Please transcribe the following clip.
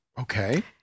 Okay